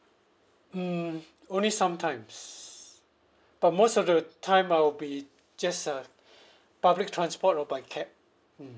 mm only sometimes but most of the time I'll be just uh public transport or by cab mm